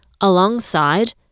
alongside